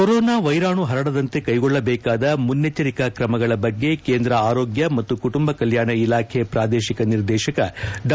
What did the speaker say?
corona ವೈರಾಣು ಹರಡದಂತೆ ಕೈಗೊಳ್ಳಬೇಕಾದ ಮುನ್ನೆಚ್ಚರಿಕಾ ಕ್ರಮಗಳ ಬಗ್ಗೆ ಕೇಂದ್ರ ಆರೋಗ್ಯ ಮತ್ತು ಕುಟುಂಬ ಕಲ್ಯಾಣ ಇಲಾಖೆ ಪ್ರಾದೇಶಿಕ ನಿರ್ದೇಶಕ ಡಾ